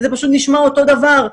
זה פשוט נשמע אותו דבר.